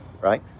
right